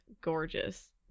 gorgeous